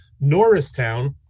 norristown